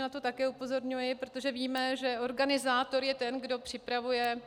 Na to také upozorňuji, protože víme, že organizátor je ten, kdo připravuje.